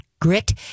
grit